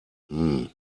hmm